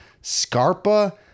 Scarpa